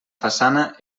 façana